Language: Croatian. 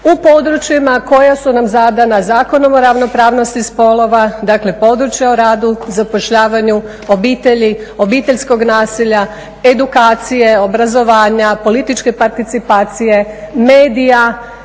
u područjima koja su nam zadana Zakonom o ravnopravnosti spolova, dakle područja o radu, zapošljavanju obitelji, obiteljskog nasilja, edukacije, obrazovanja, političke participacije, medija